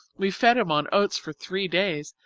we fed him on oats for three days,